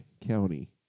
County